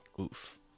Oof